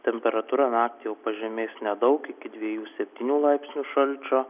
temperatūra naktį jau pažemės nedaug iki dviejų septynių laipsnių šalčio